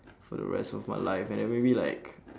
for the rest of my life and then maybe like